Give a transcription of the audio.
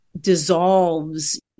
dissolves